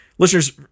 Listeners